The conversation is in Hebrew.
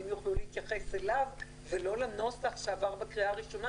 יוכלו להתייחס אליו ולא לנוסח שעבר בקריאה הראשונה,